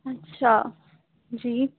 اچھا جی